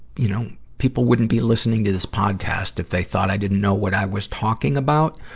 you know, people wouldn't be listening to this podcast if they thought i didn't know what i was talking about.